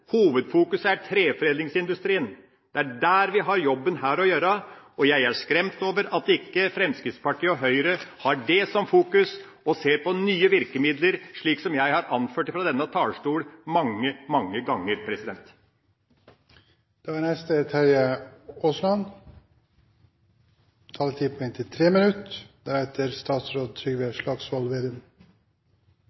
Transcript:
hovedfokuset: Hovedfokuset er treforedlingsindustrien – det er der vi har en jobb å gjøre. Jeg er skremt over at ikke Fremskrittspartiet og Høyre har som fokus å se på nye virkemidler, slik jeg har anført fra denne talerstol mange, mange ganger.